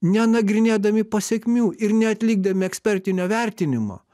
nenagrinėdami pasekmių ir neatlikdami ekspertinio vertinimo